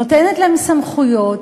נותנת להם סמכויות.